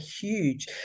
huge